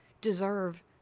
deserve